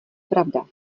pravda